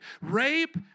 Rape